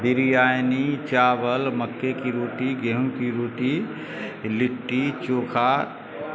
بریانی چاول مکے کی روٹی گیہوں کی روٹی لٹی چوکھا